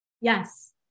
Yes